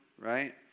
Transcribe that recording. right